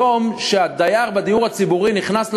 היום, כשהדייר בדיור הציבורי נכנס לדירה,